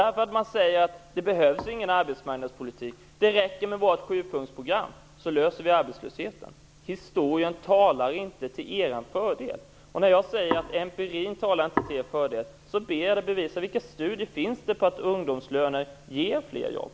I stället säger man: Det behövs ingen arbetsmarknadspolitik; det räcker med vårt sjupunktsprogram så löser vi arbetslösheten. Historien och empirin talar inte till er fördel. När jag säger att empirin inte talar till er fördel vill jag också fråga: Vilka studier finns det som bevisar att ungdomslöner ger fler jobb?